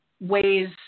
ways